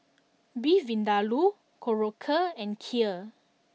Beef Vindaloo Korokke and Kheer